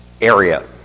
area